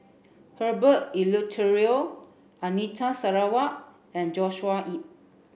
Herbert Eleuterio Anita Sarawak and Joshua Ip